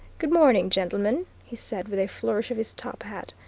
good morning, gentlemen, he said, with a flourish of his top hat.